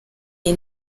iyi